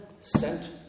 sent